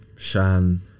Shan